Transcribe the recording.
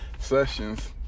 sessions